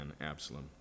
Absalom